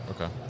Okay